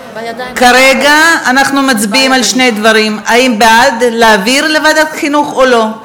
כרגע אנחנו מצביעים על שני דברים: האם להעביר לוועדת החינוך או לא.